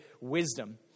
wisdom